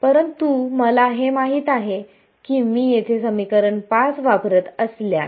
परंतु मला हे माहित आहे की मी येथे समीकरण 5 वापरत असल्यास